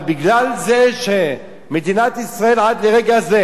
אבל בגלל זה שמדינת ישראל עד לרגע זה